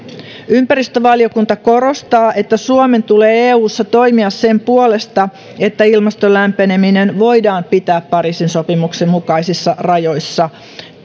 ympäristövaliokunta korostaa että suomen tulee eussa toimia sen puolesta että ilmaston lämpeneminen voidaan pitää pariisin sopimuksen mukaisissa rajoissa